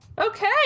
Okay